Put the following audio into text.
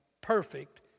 perfect